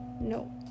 No